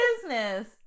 business